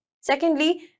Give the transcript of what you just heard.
Secondly